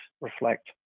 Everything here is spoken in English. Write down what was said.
reflect